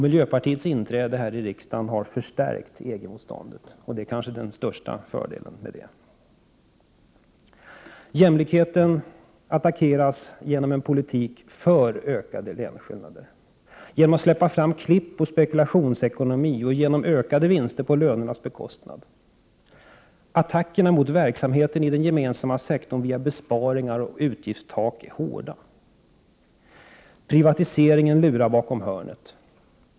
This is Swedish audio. Miljöpartiets inträde här i riksdagen har förstärkt EG motståndet, och det är kanske den största fördelen i det sammanhanget. Jämlikheten attackeras genom en politik för ökade löneskillnader, genom att man släpper fram klippoch spekulationsekonomin och genom ökade vinster på lönernas bekostnad. Attackerna mot verksamheten i den gemensamma sektorn via besparingar och utgiftstak är hårda. Privatiseringen lurar bakom hörnet.